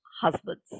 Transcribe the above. husbands